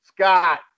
Scott